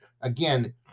Again